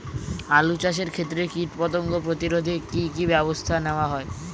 আলু চাষের ক্ষত্রে কীটপতঙ্গ প্রতিরোধে কি কী ব্যবস্থা নেওয়া হয়?